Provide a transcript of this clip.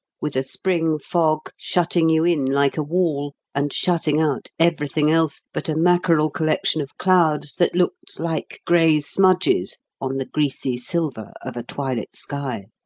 with a spring fog shutting you in like a wall and shutting out everything else but a mackerel collection of clouds that looked like grey smudges on the greasy-silver of a twilit sky.